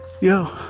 Yo